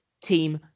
team